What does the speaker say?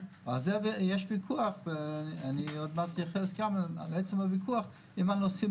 אז יש וויכוח ואני עוד מעט אתייחס גם לעצם הוויכוח אם הנושאים